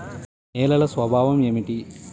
నేలల స్వభావం ఏమిటీ?